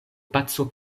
paco